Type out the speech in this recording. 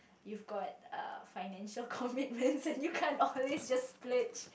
you've got uh financial commitments and you can't always just splurge